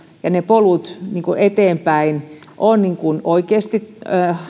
ja ne polut eteenpäin ovat oikeasti